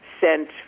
sent